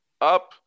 up